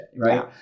Right